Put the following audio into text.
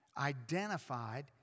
identified